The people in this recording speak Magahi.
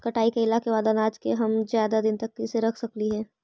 कटाई कैला के बाद अनाज के हम ज्यादा दिन तक कैसे रख सकली हे?